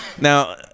Now